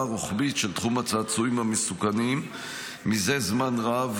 רוחבית של תחום הצעצועים המסוכנים זה זמן רב,